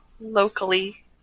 locally